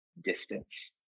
distance